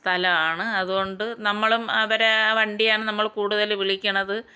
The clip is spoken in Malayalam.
സ്ഥലമാണ് അതുകൊണ്ട് നമ്മളും അവരെ വണ്ടിയാണ് നമ്മൾ കൂടുതലും വിളിക്കുന്നത്